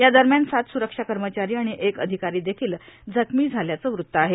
या दरम्यान सात सुरक्षा कर्मचारी आणि एक अधिकारी देखिल जखमी झाल्याचं वृत्त आहे